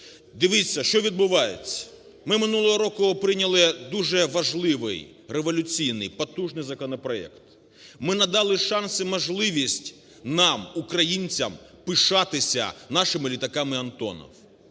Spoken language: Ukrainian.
Дивіться, що відбувається. Ми минулого року прийняли дуже важливий, революційний, потужний законопроект. Ми надали шанс і можливість нам, українцям пишатися нашими літаками "Антонов".